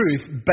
truth